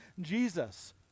Jesus